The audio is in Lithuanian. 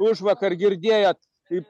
užvakar girdėjot kaip